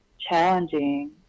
challenging